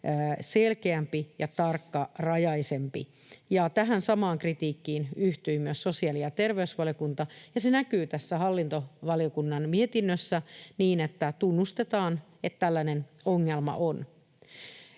selkeämpi ja tarkkarajaisempi. Tähän samaan kritiikkiin yhtyi myös sosiaali‑ ja terveysvaliokunta, ja se näkyy tässä hallintovaliokunnan mietinnössä niin, että tunnustetaan, että tällainen ongelma on.